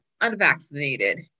unvaccinated